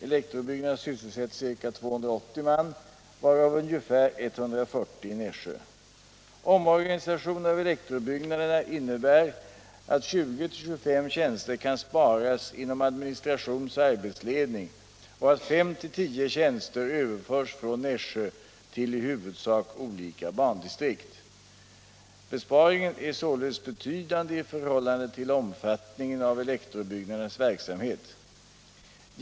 Elektrobyggnaderna sysselsätter ca 280 man, varav ungefär 140 i Nässjö. Omorganisationen av elektrobyggnaderna innebär att 20-25 tjänster kan sparas inom administrationsoch arbetsledning och att 5-10 tjänster överförs från Nässjö till i huvudsak olika bandistrikt. Besparingen är således betydande i förhållande till omfattningen av elektrobyggnadernas verksamhet.